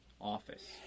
office